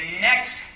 next